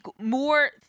more